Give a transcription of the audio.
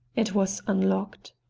it was unlocked.